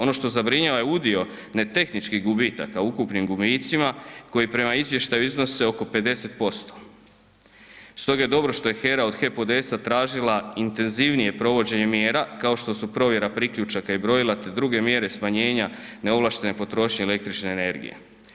Ono što zabrinjava je udio netehničkih gubitaka, u ukupnim gubitcima, koji prema izvještaju iznose oko 50%. stoga je dobro što je HERA od HEP ODS-a tražila intenzivnije provođenje mjera, kao što su provjera priključaka i brojila te druge mjere smanjenja neovlaštene potrošne električne energije.